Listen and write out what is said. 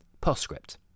Postscript